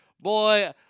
Boy